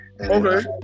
okay